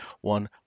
one